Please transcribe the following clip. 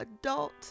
adult